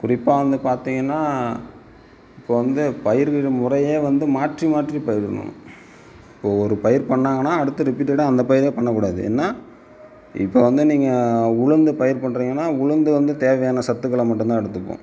குறிப்பாக வந்து பார்த்தீங்கன்னா இப்போது வந்து பயிர் விடும் முறையே வந்து மாற்றி மாற்றி பயிர் இடணும் இப்போது ஒரு பயிர் பண்ணிணாங்கன்னா அடுத்து ரிப்பீட்டடாக அந்த பயிரே பண்ணக்கூடாது ஏன்னால் இப்போது வந்து நீங்கள் உளுந்து பயிர் பண்ணுறீங்கன்னா உளுந்து வந்து தேவையான சத்துக்களை மட்டும் தான் எடுத்துக்கும்